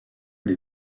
des